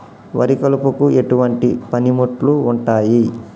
వరి కలుపుకు ఎటువంటి పనిముట్లు ఉంటాయి?